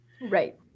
Right